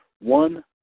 One